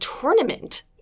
tournament